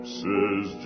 says